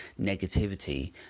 negativity